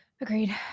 agreed